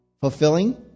Fulfilling